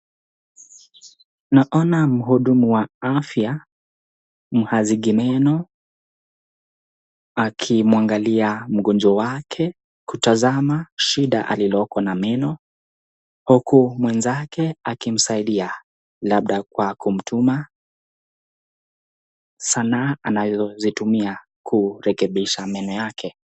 Tunaona mhudumu wa afya mhazigi meno akaimwangalia mgonjwa wake kutazama shida iliyoko na meno huku mwenzake akimsaidia labda kwa kumtuma sanaa anazotumia kurekebisha meno yake.